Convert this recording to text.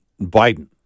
Biden